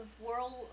world